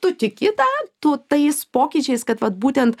tu tiki tą tu tais pokyčiais kad vat būtent